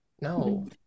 No